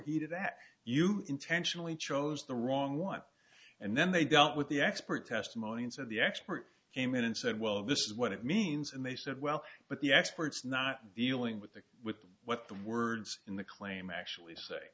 that you intentionally chose the wrong one and then they dealt with the expert testimony and so the expert came in and said well this is what it means and they said well but the experts not dealing with the with what the words in the claim actually say